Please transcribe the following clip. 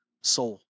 soul